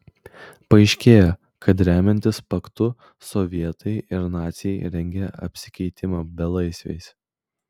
paaiškėja kad remiantis paktu sovietai ir naciai rengia apsikeitimą belaisviais